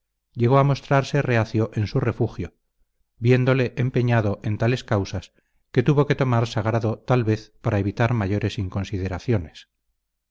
llegó a mostrarse reacio en su refugio viéndole empeñado en tales causas que tuvo que tomar sagrado tal vez para evitar mayores